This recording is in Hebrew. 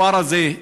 הכפר הזה,